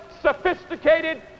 sophisticated